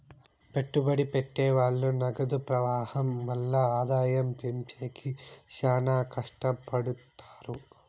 పెట్టుబడి పెట్టె వాళ్ళు నగదు ప్రవాహం వల్ల ఆదాయం పెంచేకి శ్యానా కట్టపడుతారు